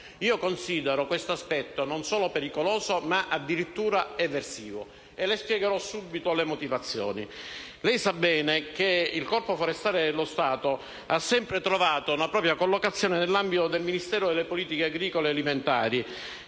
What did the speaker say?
Io considero questo aspetto non solo pericoloso, ma addirittura eversivo; e le spiegherò subito le motivazioni. Lei sa bene che il Corpo forestale dello Stato ha sempre trovato una propria collocazione nell'ambito del Ministero delle politiche agricole alimentari